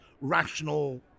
rational